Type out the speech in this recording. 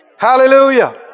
Hallelujah